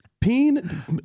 Peen